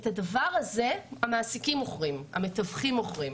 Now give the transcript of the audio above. את הדבר הזה המעסיקים מוכרים, המתווכים מוכרים.